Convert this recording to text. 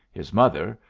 his mother,